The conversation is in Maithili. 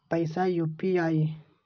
पैसा यू.पी.आई?